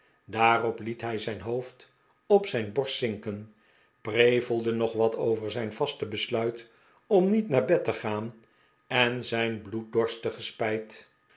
daarop liet hij zijn hoofd op zijn borst zinken prevelde nog wat over zijn vaste besluit om niet naar bed te gaan en zijn